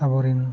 ᱟᱵᱚᱨᱮᱱ